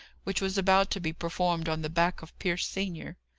which was about to be performed on the back of pierce senior.